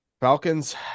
falcons